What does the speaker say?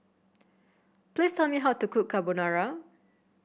please tell me how to cook Carbonara